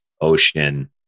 ocean